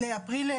האינפורמציה.